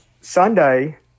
Sunday